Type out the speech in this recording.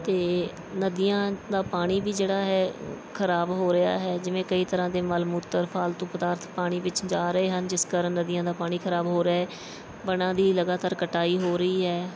ਅਤੇ ਨਦੀਆਂ ਦਾ ਪਾਣੀ ਵੀ ਜਿਹੜਾ ਹੈ ਖਰਾਬ ਹੋ ਰਿਹਾ ਹੈ ਜਿਵੇਂ ਕਈ ਤਰ੍ਹਾਂ ਦੇ ਮਲ ਮੂਤਰ ਫਾਲਤੂ ਪਦਾਰਥ ਪਾਣੀ ਵਿੱਚ ਜਾ ਰਹੇ ਹਨ ਜਿਸ ਕਾਰਨ ਨਦੀਆਂ ਦਾ ਪਾਣੀ ਖਰਾਬ ਹੋ ਰਿਹਾ ਵਣਾਂ ਦੀ ਲਗਾਤਾਰ ਕਟਾਈ ਹੋ ਰਹੀ ਹੈ